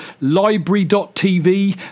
Library.TV